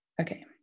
Okay